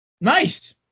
Nice